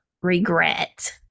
regret